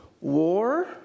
War